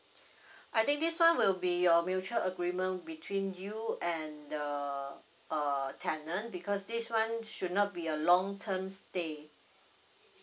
I think this one will be your mutual agreement between you and the uh tenant because this one should not be a long term stay